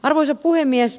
arvoisa puhemies